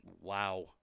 Wow